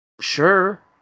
sure